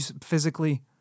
physically